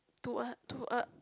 to a to a